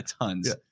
tons